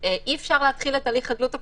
אי אפשר להתחיל את הליך חדלות הפירעון,